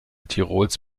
tirols